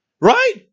Right